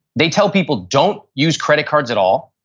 they tell people, don't use credit cards at all.